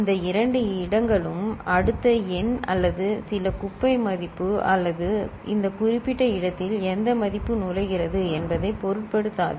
இந்த இரண்டு இடங்களும் அடுத்த எண் அல்லது சில குப்பை மதிப்பு அல்லது இந்த குறிப்பிட்ட இடத்தில் எந்த மதிப்பு நுழைகிறது என்பதைப் பொருட்படுத்தாது